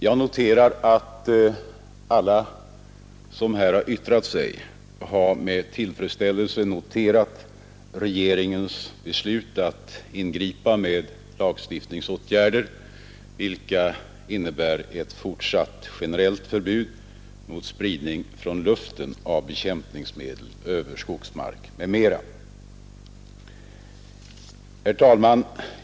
Jag konstaterar att alla som har yttrat sig med tillfredsställelse har noterat regeringens beslut att ingripa med lagstiftningsåtgärder som innebär ett fortsatt generellt förbud mot spridning från luften av bekämpningsmedel över skogsmark m.m.